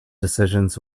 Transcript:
decisions